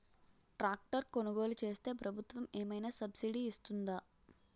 Tractor కొనుగోలు చేస్తే ప్రభుత్వం ఏమైనా సబ్సిడీ ఇస్తుందా?